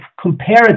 comparative